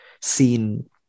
seen